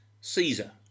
Caesar